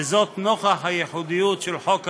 וזאת נוכח הייחודיות של חוק השבות,